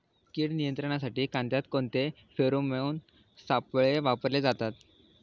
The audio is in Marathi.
कीड नियंत्रणासाठी कांद्यात कोणते फेरोमोन सापळे वापरले जातात?